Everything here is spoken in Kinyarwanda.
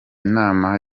nama